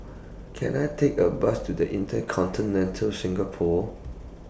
Can I Take A Bus to The InterContinental Singapore